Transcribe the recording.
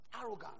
Arrogant